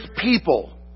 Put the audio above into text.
people